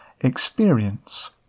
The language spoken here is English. experience